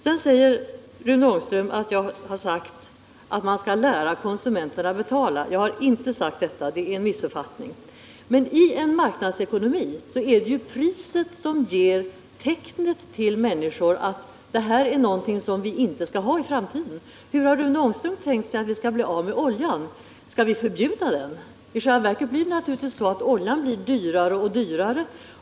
Rune Ångström säger att jag har sagt att man skall lära konsumenterna betala. Det är en missuppfattning. I en marknadsekonomi är det priset som ger tecknet till människor att det här är någonting som vi inte skall ha i framtiden. Hur har Rune Ångström tänkt sig att vi skall bli av med oljan? Skall vi förbjuda den? I själva verket blir det naturligtvis så att oljan blir dyrare och dyrare.